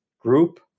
group